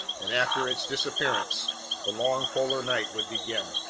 and after its disappearance the long polar night would begin.